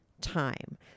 time